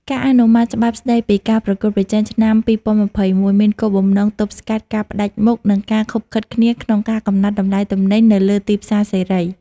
ការអនុម័តច្បាប់ស្ដីពីការប្រកួតប្រជែងឆ្នាំ ២០២១ មានគោលបំណងទប់ស្កាត់ការផ្ដាច់មុខ និងការឃុបឃិតគ្នាក្នុងការកំណត់តម្លៃទំនិញនៅលើទីផ្សារសេរី។